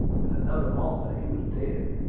in another moment he was dead.